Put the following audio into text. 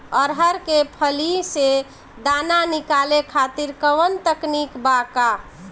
अरहर के फली से दाना निकाले खातिर कवन तकनीक बा का?